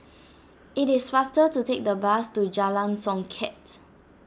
it is faster to take the bus to Jalan Songket